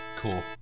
Cool